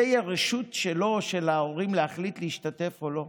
זה יהיה רשות שלו או של ההורים להחליט אם להשתתף או לא?